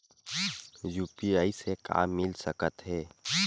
UPI से का मिल सकत हे?